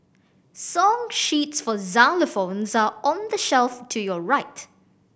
song sheets for xylophones are on the shelf to your right